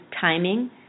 timing